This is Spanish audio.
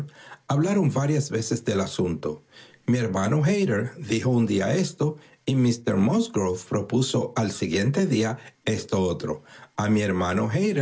hablaron varias veces del asunto mi hermano hayter dijo un día esto y míster musgrove propuso al siguiente esto otro a mi hermano